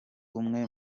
umwe